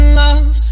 love